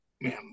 man